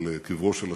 על קברו של אחי,